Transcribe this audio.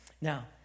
Now